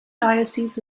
diocese